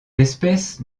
espèces